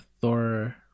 Thor